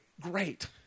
great